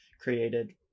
created